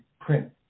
print